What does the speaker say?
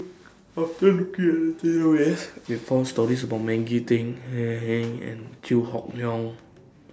after At The Database We found stories about Maggie Teng and Chew Hock Leong